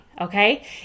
Okay